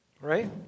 right